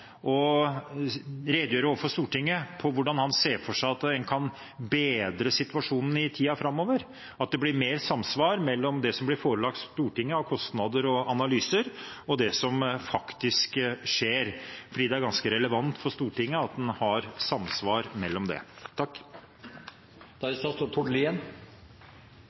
redegjøre overfor Stortinget hvordan han ser for seg at en kan bedre situasjonen i tiden framover, slik at det blir mer samsvar mellom det som blir forelagt Stortinget av kostnader og analyser, og det som faktisk skjer. For det er ganske relevant for Stortinget at det er samsvar mellom det.